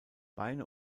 beine